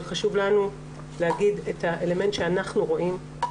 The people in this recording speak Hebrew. אבל חשוב לנו להגיד את האלמנט שאנחנו רואים,